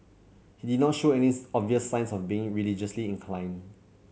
he did not show any obvious signs of being religiously inclined